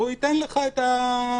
והוא ייתן לך את הסעד.